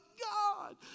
God